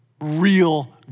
real